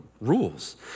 rules